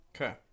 Okay